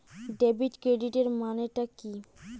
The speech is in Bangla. ডেবিট ক্রেডিটের মানে টা কি?